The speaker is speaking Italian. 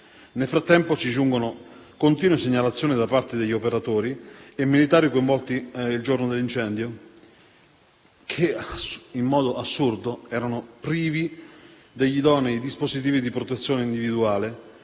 Nel frattempo, giungono continue segnalazioni da parte degli operatori e dei militari coinvolti il giorno dell'incendio che, in modo assurdo, erano privi degli idonei dispositivi di protezione individuale